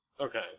Okay